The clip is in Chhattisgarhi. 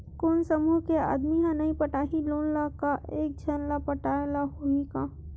कोन समूह के आदमी हा नई पटाही लोन ला का एक झन ला पटाय ला होही का?